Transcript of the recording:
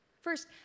First